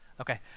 Okay